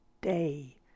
day